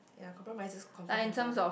ya compromises confirm have ah